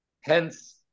Hence